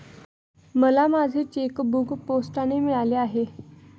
मला माझे चेकबूक पोस्टाने मिळाले आहे